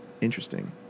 Interesting